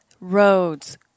roads